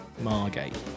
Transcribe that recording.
Margate